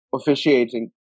officiating